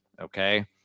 Okay